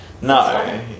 no